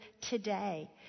today